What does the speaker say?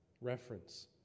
reference